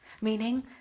Meaning